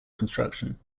construction